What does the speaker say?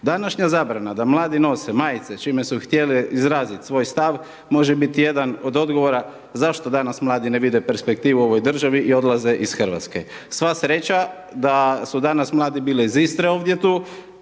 Današnja zabrana da mladi nose majice čime su htjeli izraziti svoj stav, može biti jedan od odgovora zašto danas mladi ne vide perspektivu u ovoj državi i odlaze iz Hrvatske. Sva sreća da su danas mladi bili iz Istre ovdje tu,